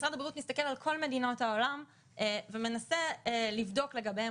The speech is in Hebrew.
משרד הבריאות מסתכל על כל מדינות העולם ומנסה לבדוק לגביהן